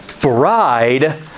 bride